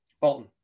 Bolton